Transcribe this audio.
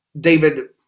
David